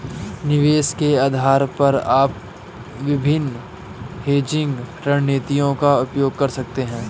निवेश के आधार पर आप विभिन्न हेजिंग रणनीतियों का उपयोग कर सकते हैं